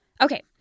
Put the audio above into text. Okay